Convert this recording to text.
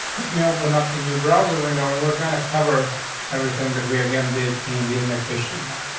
let me open up the new browser window, and we're going to cover everything that we again did in the indexation. email.